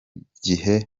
gihe